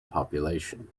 population